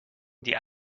die